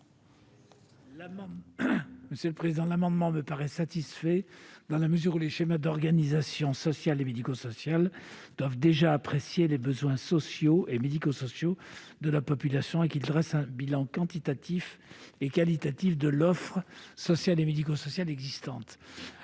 commission ? L'amendement me paraît satisfait, dans la mesure où les schémas d'organisation sociale et médico-sociale doivent déjà apprécier les besoins sociaux et médico-sociaux de la population et dressent le bilan quantitatif et qualitatif de l'offre sociale et médico-sociale existante.